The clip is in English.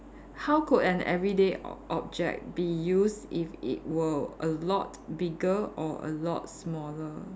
how could an everyday o~ object be used if it were a lot bigger or a lot smaller